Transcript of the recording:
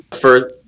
First